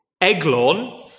Eglon